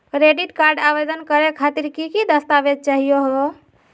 Credit card आवेदन करे खातिर की की दस्तावेज चाहीयो हो?